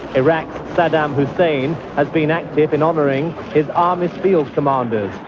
iraq's saddam hussein been active in honoring his army field commanders,